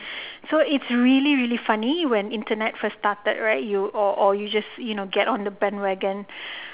so it's really really funny when internet first started right you all or just you know get on the bandwagon